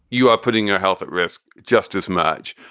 you are putting your health at risk just as much.